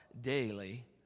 daily